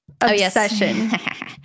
obsession